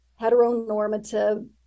heteronormative